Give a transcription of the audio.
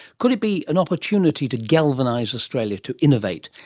could it be an opportunity to galvanise australia to innovate,